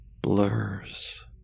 blurs